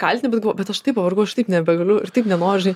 kaltini bet galvoju aš taip pavargau aš taip nebegaliu ir taip nenoriu